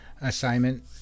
assignment